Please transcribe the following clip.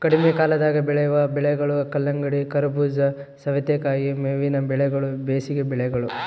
ಕಡಿಮೆಕಾಲದಾಗ ಬೆಳೆವ ಬೆಳೆಗಳು ಕಲ್ಲಂಗಡಿ, ಕರಬೂಜ, ಸವತೇಕಾಯಿ ಮೇವಿನ ಬೆಳೆಗಳು ಬೇಸಿಗೆ ಬೆಳೆಗಳು